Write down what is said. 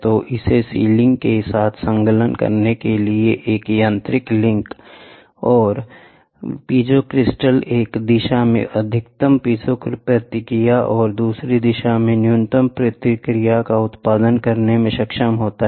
तो इसे सीलिंग के साथ संलग्न करने के लिए एक यांत्रिक लिंक है और पीजो क्रिस्टल एक दिशा में अधिकतम पीजो प्रतिक्रिया और दूसरी दिशा में न्यूनतम प्रतिक्रिया का उत्पादन करने में सक्षम है